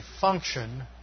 function